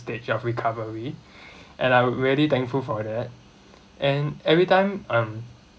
stage of recovery and I'm really thankful for that and every time um